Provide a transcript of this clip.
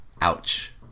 Ouch